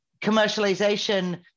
commercialization